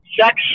sex